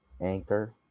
Anchor